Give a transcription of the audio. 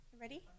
Ready